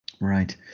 Right